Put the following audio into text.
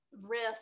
riff